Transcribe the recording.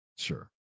sure